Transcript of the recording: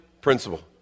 principle